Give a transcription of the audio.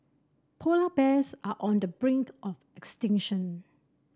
polar bears are on the brink of extinction